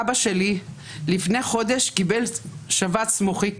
אבא שלי לפני חודש קיבל שבץ מוחי קשה.